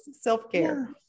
self-care